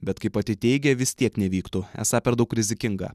bet kaip pati teigia vis tiek nevyktų esą per daug rizikinga